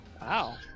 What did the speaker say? Wow